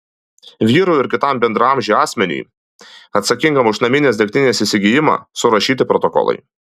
vyrui ir kitam bendraamžiui asmeniui atsakingam už naminės degtinės įsigijimą surašyti protokolai